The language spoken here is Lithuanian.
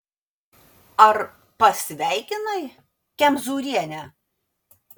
ar pasveikinai kemzūrienę